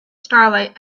starlight